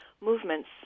movements